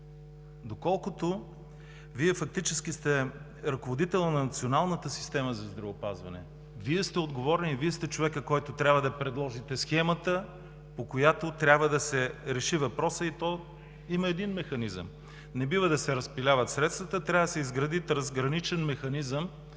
доколкото Вие фактически сте ръководител на Националната система за здравеопазване. Вие сте отговорен и Вие сте човекът, който трябва да предложи схемата, по която трябва да се реши въпросът, и има един механизъм – не бива да се разпиляват средствата. Трябва да се изгради трансграничен механизъм